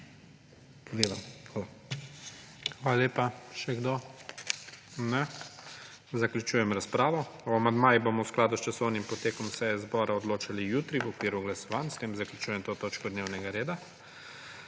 lepa. Želi še kdo besedo? Ne. Zaključujem razpravo. O amandmajih bomo v skladu s časovnim potekom seje zbora odločali jutri v okviru glasovanj. S tem zaključujem to točko dnevnega reda.